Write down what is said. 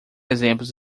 exemplos